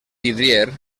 vidrier